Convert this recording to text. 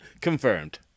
confirmed